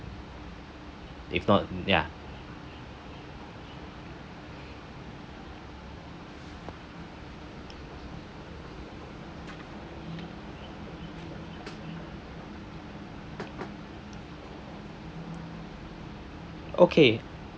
if not ya okay